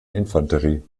infanterie